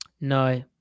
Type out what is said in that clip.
No